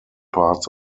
parts